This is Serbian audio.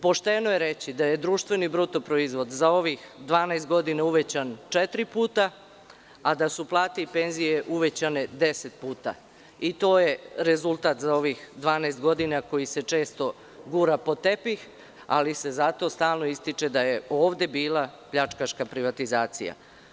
Pošteno je reći da je društveni bruto proizvod za ovih 12 godina uvećan četiri puta, a da su plate i penzije uvećane 10 puta i to je rezultat za ovih 12 godina, koji se često gura pod tepih, ali se zato stalno ističe da je ovde bila pljačkaška privatizacija.